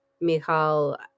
Michal